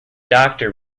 doctor